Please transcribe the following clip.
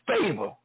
favor